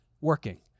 working